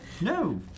No